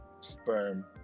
sperm